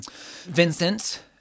Vincent